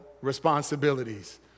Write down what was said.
responsibilities